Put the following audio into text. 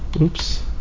oops